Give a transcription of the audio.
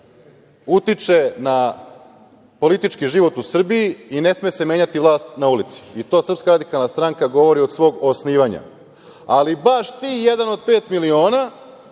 utiče na politički život u Srbiji i ne sme se menjati vlast na ulici i to SRS govori od svog osnivanja. Ali baš ti „Jedan od pet miliona“